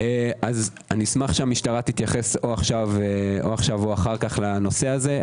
אשמח שהמשטרה תתייחס עכשיו או אחר כך לדבר הזה.